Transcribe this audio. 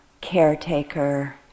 caretaker